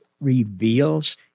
reveals